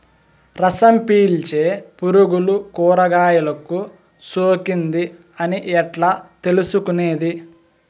రసం పీల్చే పులుగులు కూరగాయలు కు సోకింది అని ఎట్లా తెలుసుకునేది?